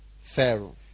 Pharaoh